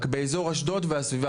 רק באזור אשדוד והסביבה.